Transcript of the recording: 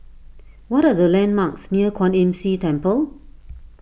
what are the landmarks near Kwan Imm See Temple